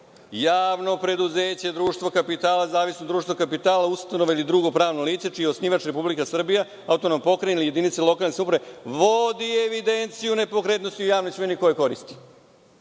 javno preduzeće, društvo kapitala, zavisna društva kapitala, ustanova ili drugo pravno lice čiji je osnivač Republika Srbija, autonomna pokrajina, jedinica lokalne samouprave vodi evidenciju o nepokretnosti javne svojine koju koristi.